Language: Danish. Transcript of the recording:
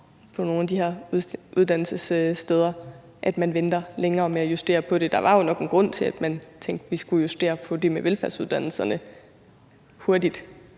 på nogle af de her uddannelsessteder, at man venter længere med at justere på det. Der var jo nok en grund til, at man tænkte, at vi skulle justere på det med velfærdsuddannelserne hurtigt.